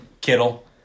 Kittle